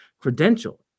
credential